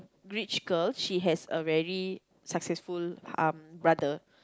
rich girl she has a very successful um brother